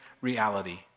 reality